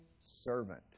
servant